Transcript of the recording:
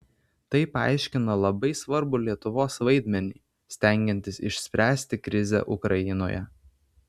tai paaiškina labai svarbų lietuvos vaidmenį stengiantis išspręsti krizę ukrainoje